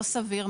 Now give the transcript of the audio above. לא סביר,